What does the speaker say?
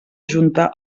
junta